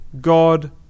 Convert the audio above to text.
God